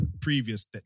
previous